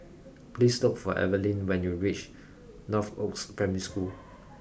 please look for Evaline when you reach Northoaks Primary School